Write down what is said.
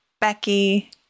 Becky